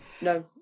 No